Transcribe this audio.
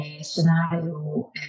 scenario